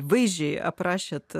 vaizdžiai aprašėt